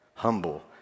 humble